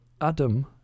Adam